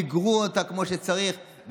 מיגרו אותה כמו שצריך,